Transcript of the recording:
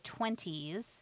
20s